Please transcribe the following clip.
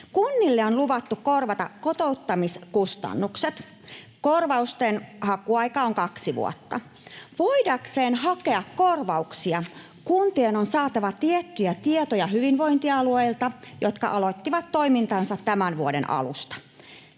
Kunnille on luvattu korvata kotouttamiskustannukset. Korvausten hakuaika on kaksi vuotta. Voidakseen hakea korvauksia kuntien on saatava tiettyjä tietoja hyvinvointialueilta, jotka aloittivat toimintansa tämän vuoden alusta.